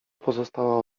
pozostała